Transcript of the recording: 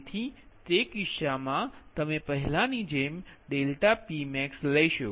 તેથી તે કિસ્સામાં તમે પહેલાંની જેમ ∆Pmax લેશો